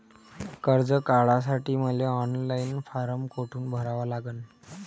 कर्ज काढासाठी मले ऑनलाईन फारम कोठून भरावा लागन?